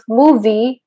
movie